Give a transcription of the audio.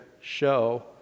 show